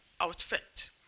outfit